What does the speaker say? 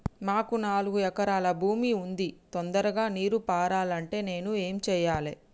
మాకు నాలుగు ఎకరాల భూమి ఉంది, తొందరగా నీరు పారాలంటే నేను ఏం చెయ్యాలే?